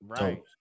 right